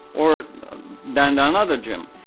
or than another gym,